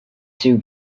too